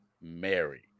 mary